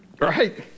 right